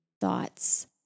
thoughts